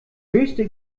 höchste